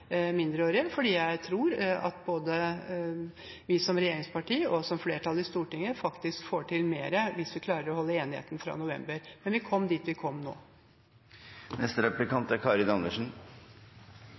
mindreårige, for jeg tror at vi både som regjeringsparti og som flertall i Stortinget faktisk får til mer hvis vi klarer å holde enigheten fra november. Men vi kom dit vi kom,